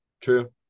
True